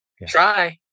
Try